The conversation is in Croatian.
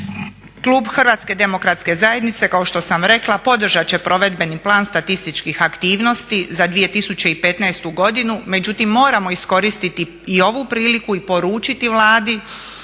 Klub Hrvatske demokratske zajednice kao što sam rekla podržat će Provedbeni plan statističkih aktivnosti za 2015. godinu. Međutim, moramo iskoristiti i ovu priliku i poručiti Vladi